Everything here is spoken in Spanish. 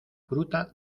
fruta